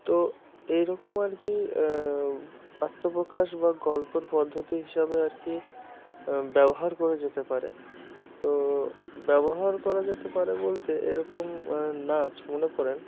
তো এইরকম আর কি আত্মপ্রকাশ বা গল্পর পদ্ধতি হিসাবে আর কি ব্যবহার করা যেতে পারে তো ব্যবহার করা যেতে পারে বলতে এরকম নাচ মনে করুন